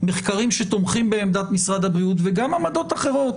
מחקרים שתומכים בעמדת משרד הבריאות וגם עמדות אחרות.